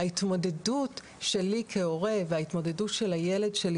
ההתמודדות שלי כהורה וההתמודדות של הילד שלי